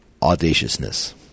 audaciousness